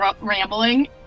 rambling